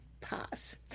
pause